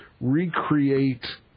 recreate